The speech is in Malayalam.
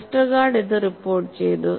വെസ്റ്റർഗാർഡ് ഇത് റിപ്പോർട്ട് ചെയ്തു